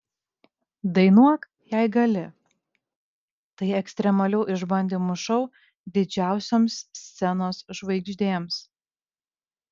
dainuok jei gali tai ekstremalių išbandymų šou didžiausioms scenos žvaigždėms